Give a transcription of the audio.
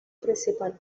principal